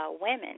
women